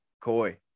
koi